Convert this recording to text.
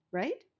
right